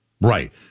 right